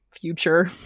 future